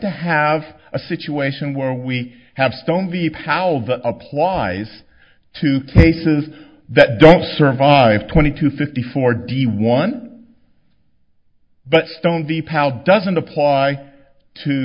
to have a situation where we have stone the power that applies to cases that don't survive twenty to fifty four d one but stone deepal doesn't apply to